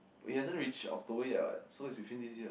it hasn't reach October yet what so it was within this year